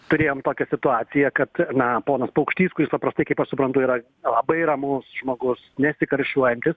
turėjom tokią situaciją kad na ponas paukštys kuris paprastai kaip aš suprantu yra labai ramus žmogus nesikarščiuojantis